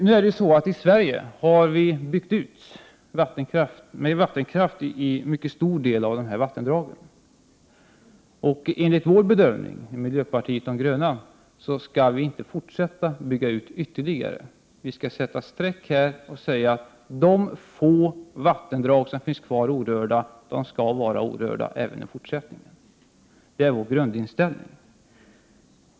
Vi har i Sverige byggt ut vattenkraft i en mycket stor del av dessa vattendrag. Enligt miljöpartiet de grönas bedömning skall vi inte fortsätta att bygga ut ytterligare. Vi skall sätta streck här och säga att de få vattendrag som fortfarande är orörda skall förbli orörda även i fortsättningen. Det är vår grundinställning.